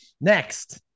Next